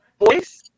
voice